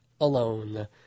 alone